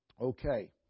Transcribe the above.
Okay